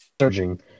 surging